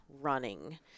running